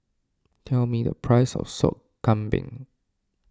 tell me the price of Sop Kambing